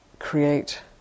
create